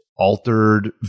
altered